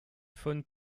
von